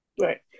Right